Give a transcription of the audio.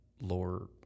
lower